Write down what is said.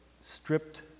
stripped